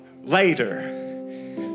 later